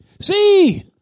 see